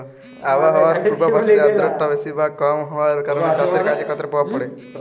আবহাওয়ার পূর্বাভাসে আর্দ্রতা বেশি বা কম হওয়ার কারণে চাষের কাজে কতটা প্রভাব পড়ে?